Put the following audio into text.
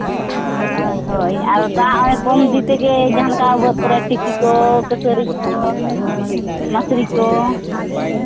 ᱟᱨ ᱦᱳᱭ ᱟᱨ ᱫᱟᱜ ᱱᱚᱜᱼᱚᱸᱭ ᱠᱚᱢ ᱤᱫᱤ ᱛᱮᱜᱮᱭ ᱡᱟᱦᱟᱸ ᱞᱮᱠᱟ ᱵᱟᱹᱫᱽ ᱠᱚᱨᱮ ᱴᱤᱥᱤ ᱠᱟᱹᱥᱟᱹᱨᱤ ᱠᱚ ᱢᱟᱹᱥᱨᱤ ᱠᱚ